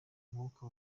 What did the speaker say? mwuka